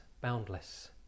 boundless